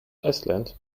iceland